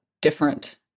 different